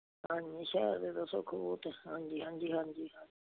ਹਾਂਜੀ ਸ਼ਹਿਰ ਦੇ ਤਾਂ ਸੁੱਖ ਬਹੁਤ ਹਾਂਜੀ ਹਾਂਜੀ ਹਾਂਜੀ ਹਾਂ